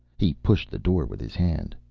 he pushed the door with his hand.